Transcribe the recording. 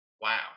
Wow